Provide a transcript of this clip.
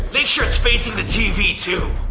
make sure it's facing the tv too.